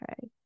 Okay